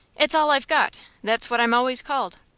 it's all i've got. that's what i'm always called.